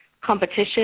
competition